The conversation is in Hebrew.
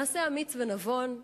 מעשה אמיץ ונבון.